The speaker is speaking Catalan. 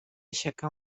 aixecà